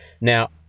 Now